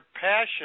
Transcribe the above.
passion